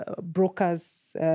brokers